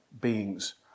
beings